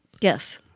Yes